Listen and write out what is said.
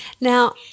Now